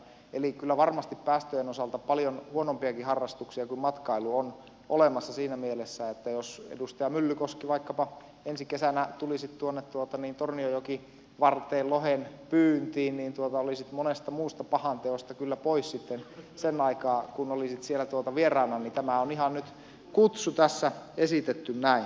eli kyllä varmasti päästöjen osalta paljon huonompiakin harrastuksia kuin matkailu on olemassa niin että siinä mielessä jos edustaja myllykoski vaikkapa ensi kesänä tulisit tuonne tornionjokivarteen lohenpyyntiin olisit monesta muusta pahanteosta kyllä pois sitten sen aikaa kun olisit siellä vieraanani tämä on nyt ihan kutsuna esitetty tässä näin